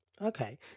Okay